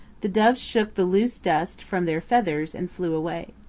the doves shook the loose dust from their feathers and flew away.